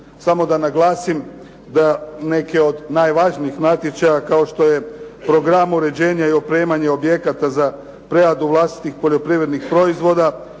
Samo da naglasim da neke od najvažnijih natječaja kao što je programa uređenja i opremanje objekata za preradu vlastitih poljoprivrednih proizvoda